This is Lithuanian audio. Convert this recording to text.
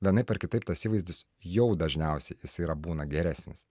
vienaip ar kitaip tas įvaizdis jau dažniausiai jis yra būna geresnis